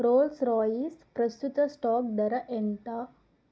roles Royce ప్రస్తుత stock ధర ఎంత